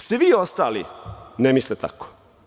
Svi ostali ne misle tako.